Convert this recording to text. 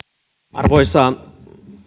arvoisa